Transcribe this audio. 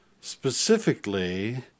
specifically